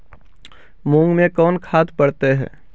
मुंग मे कोन खाद पड़तै है?